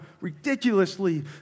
ridiculously